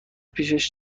پیشش